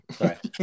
Right